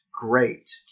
great